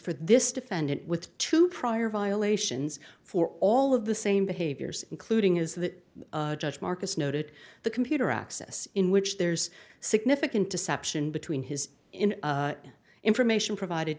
for this defendant with two prior violations for all of the same behaviors including is that judge marcus noted the computer access in which there's significant deception between his in the information provided